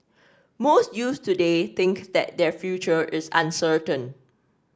most youths today think that their future is uncertain